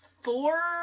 four